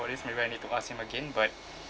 about this maybe I need to ask him again but